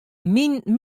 myn